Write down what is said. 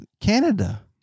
Canada